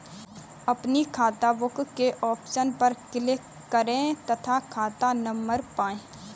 अपनी खाताबुक के ऑप्शन पर क्लिक करें तथा खाता नंबर पाएं